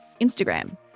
Instagram